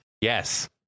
Yes